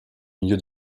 milieu